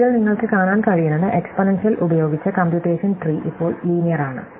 ഇതിൽ നിങ്ങൾക്ക് കാണാൻ കഴിയുന്നത് എക്സ്പോണൻഷ്യൽ ഉപയോഗിച്ച കമ്പ്യൂട്ടെഷൻ ട്രീ ഇപ്പോൾ ലീനിയെർ ആണ്